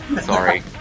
Sorry